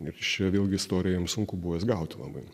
ir čia vėlgi istorija jam sunku buvo jas gauti labai